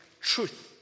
truth